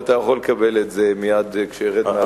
ואתה יכול לקבל את זה מייד כשארד מהדוכן.